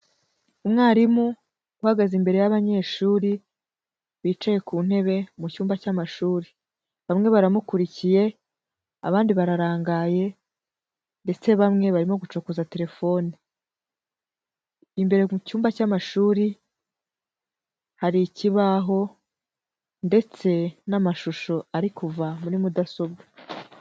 Umwarimu uhagaze imbere y'abanyeshuri bicaye ku ntebe mu cyumba cy'amashuri; bamwe baramukurikiye, abandi bararangaye, ndetse bamwe barimo gucokoza terefone. Imbere mu cyumba cy'amashuri hari ikibaho ndetse n'amashusho ari kuva muri mudasobwa.